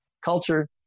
Culture